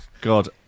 God